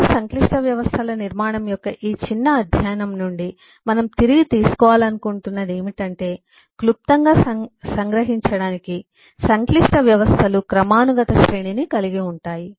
వివిధ సంక్లిష్ట వ్యవస్థల నిర్మాణం యొక్క ఈ చిన్న అధ్యయనం నుండి మనం తిరిగి తీసుకోవాలనుకుంటున్న ది ఏమిటంటే క్లుప్తంగా సంగ్రహించడానికి సంక్లిష్ట వ్యవస్థ లు క్రమానుగత శ్రేణిని కలిగి ఉంటాయి